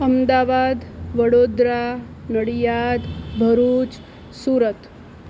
Ahmedabad Vadodara Nadiad Bharuch Surat